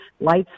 Lights